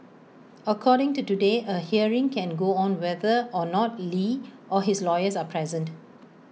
according to today A hearing can go on whether or not li or his lawyers are present